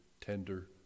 tender